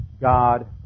God